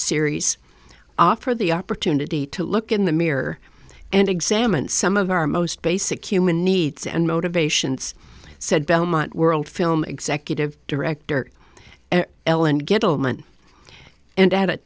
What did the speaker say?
series offer the opportunity to look in the mirror and examine some of our most basic human needs and motivations said belmont world film executive director ellen gettleman and at a